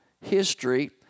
history